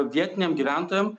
vietiniam gyventojam